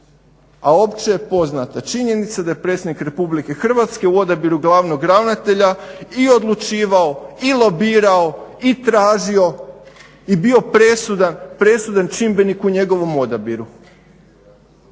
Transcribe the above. a opće je poznata činjenica da je predsjednik Republike Hrvatske u odabiru glavnog ravnatelja i odlučivao i lobirao i tražio i bio presudan čimbenik u njegovom odabiru.